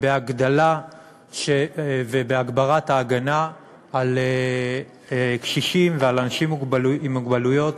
בהגדלה ובהגברת ההגנה על קשישים ועל אנשים עם מוגבלויות,